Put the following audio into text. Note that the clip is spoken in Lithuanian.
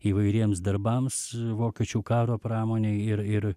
įvairiems darbams vokiečių karo pramonei ir ir